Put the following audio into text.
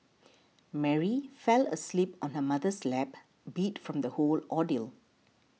Mary fell asleep on her mother's lap beat from the whole ordeal